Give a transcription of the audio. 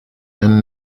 and